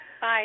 Bye